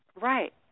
Right